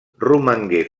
romangué